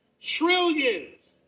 trillions